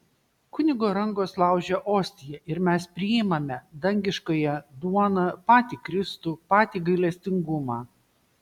kunigo rankos laužia ostiją ir mes priimame dangiškąją duoną patį kristų patį gailestingumą